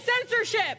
censorship